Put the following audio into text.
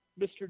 Mr